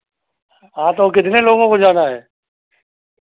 हाँ तो कितने लोगों को जाना है